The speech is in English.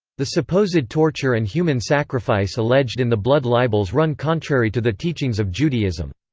the supposed torture and human sacrifice alleged in the blood libels run contrary to the teachings of judaism.